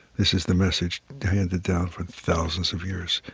this is the message handed down for thousands of years,